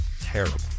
Terrible